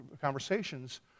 conversations